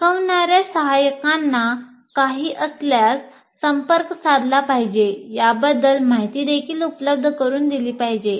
शिकवणाऱ्या सहाय्यकांना काही असल्यास संपर्क साधला पाहिजे याबद्दल माहितीदेखील उपलब्ध करुन दिली पाहिजे